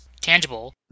tangible